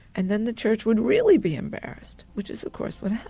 and then the church would really be embarrassed, which is of course what